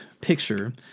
picture